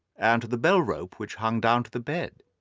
and to the bell-rope which hung down to the bed.